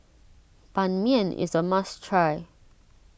Ban Mian is a must try